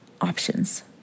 options